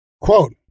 Quote